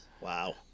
Wow